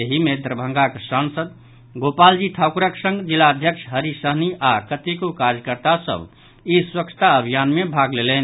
एहि मे दरभंगाक सांसद गोपाल जी ठाक्रक संग जिलाध्यक्ष हरि सहनी आओर कतेको कार्यकर्ता सभ ई स्वच्छता अभियान मे भाग लेलनि